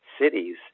cities